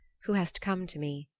who hast come to me.